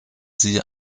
sie